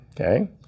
Okay